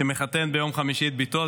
שמחתן ביום חמישי את ביתו.